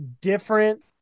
different